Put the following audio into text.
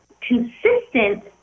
consistent